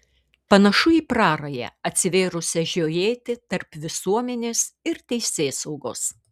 panašu į prarają atsivėrusią žiojėti tarp visuomenės ir teisėsaugos